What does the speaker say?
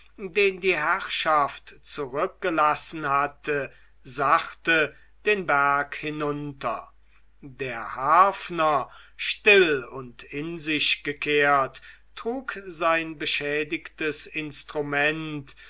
den die herrschaft zurückgelassen hatte sachte den berg hinunter der harfner still und in sich gekehrt trug sein beschädigtes instrument